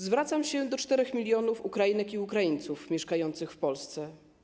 Zwracam się do 4 mln Ukrainek i Ukraińców mieszkających w Polsce.